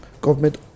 Government